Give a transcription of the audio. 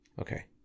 Okay